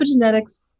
Epigenetics